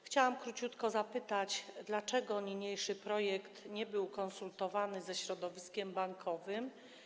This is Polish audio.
Chciałam króciutko zapytać: Dlaczego niniejszy projekt nie był konsultowany ze środowiskiem bankowym?